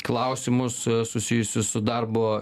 klausimus susijusius su darbo